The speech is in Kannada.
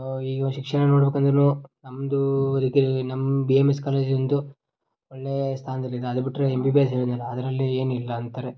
ಈಗ ಶಿಕ್ಷಣ ನೋಡ್ಬೇಕಂದ್ರು ನಮ್ಮದು ಊರಿಗೆ ನಮ್ಮ ಬಿ ಎಮ್ ಎಸ್ ಕಾಲೇಜೊಂದು ಒಳ್ಳೆಯ ಸ್ಥಾನದಲ್ಲಿದೆ ಅದು ಬಿಟ್ಟರೆ ಎಮ್ ಬಿ ಬಿ ಎಸ್ ಏನಿಲ್ಲ ಅದರಲ್ಲಿ ಏನೂ ಇಲ್ಲ ಅಂತಾರೆ